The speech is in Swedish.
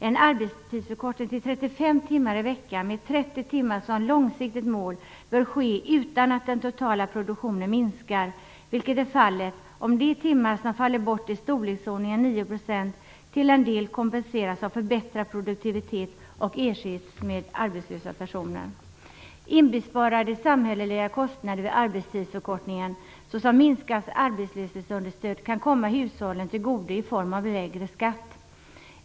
En arbetstidsförkortning till 35 timmar i veckan, med 30 timmar som långsiktigt mål, bör ske utan att den totala produktionen minskar, vilket är fallet om de timmar som faller bort i storleksordningen 9 % till en del kompenseras av förbättrad produktivitet och ersätts med arbetslösa personer. Inbesparade samhälleliga kostnader vid arbetstidsförkortningen, såsom minskat arbetslöshetsunderstöd kan komma hushållen till godo i form av lägre skatt.